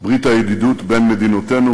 ברית הידידות בין מדינותינו.